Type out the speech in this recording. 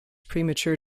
premature